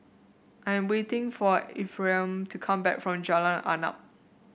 I'm waiting for Ephraim to come back from Jalan Arnap